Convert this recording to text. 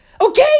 okay